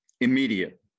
immediate